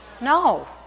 No